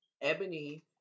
Ebony